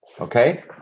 Okay